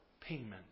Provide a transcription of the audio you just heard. payment